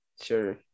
Sure